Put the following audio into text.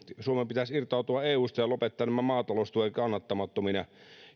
suomen pitäisi irtautua eusta ja lopettaa nämä maataloustuet kannattamattomina